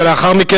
ולאחר מכן,